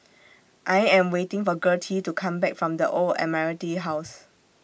I Am waiting For Gertie to Come Back from The Old Admiralty House